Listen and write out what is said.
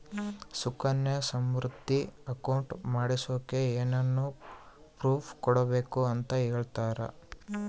Sukanya Samriddhi account ಮಾಡಿಸೋಕೆ ಏನೇನು proof ಕೊಡಬೇಕು ಅಂತ ಹೇಳ್ತೇರಾ?